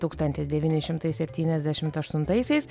tūkstantis devyni šimtai septyniasdešimt aštuntaisiais